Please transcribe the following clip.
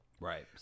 Right